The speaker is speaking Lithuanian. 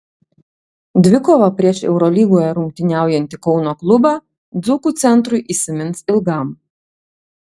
dvikova prieš eurolygoje rungtyniaujantį kauno klubą dzūkų centrui įsimins ilgam